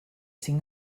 cinc